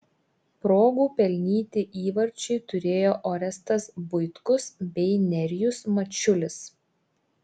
progų pelnyti įvarčiui turėjo orestas buitkus bei nerijus mačiulis